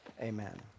Amen